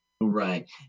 Right